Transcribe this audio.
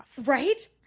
Right